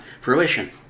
fruition